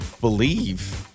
believe